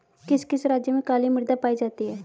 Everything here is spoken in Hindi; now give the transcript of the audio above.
किस किस राज्य में काली मृदा पाई जाती है?